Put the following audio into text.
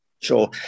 Sure